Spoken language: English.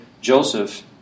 Joseph